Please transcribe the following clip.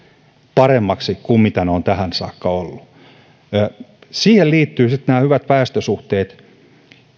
paremmiksi kuin ne ovat tähän saakka olleet siihen liittyvät nämä hyvät väestösuhteet